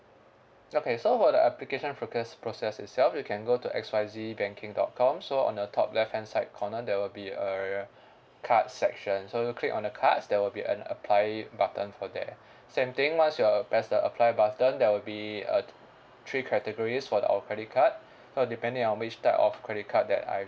okay so for the application proc~ process itself you can go to X Y Z banking dot com so on your top left hand side corner there will be a card section so you click on the cards there will be an apply button for there same thing once you press the apply button there will be uh three categories for the our credit card so depending on which type of credit card that I